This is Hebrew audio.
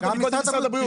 גם משרד הבריאות,